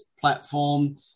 platform